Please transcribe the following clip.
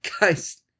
guys